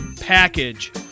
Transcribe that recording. package